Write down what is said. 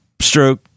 stroke